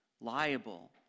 liable